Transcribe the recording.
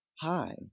hi